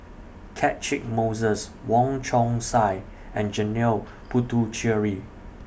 Catchick Moses Wong Chong Sai and Janil Puthucheary